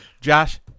Josh